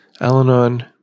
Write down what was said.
Al-Anon